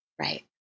Right